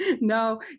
No